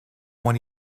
when